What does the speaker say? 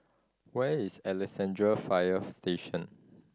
where is Alexandra Fire Station